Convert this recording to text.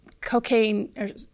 cocaine